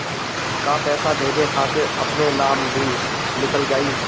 का पैसा भेजे खातिर अपने नाम भी लिकल जाइ?